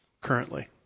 currently